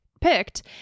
picked